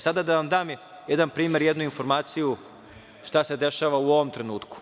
Sada da vam dam jedan primer, jednu informaciju, šta se dešava u ovom trenutku.